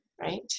right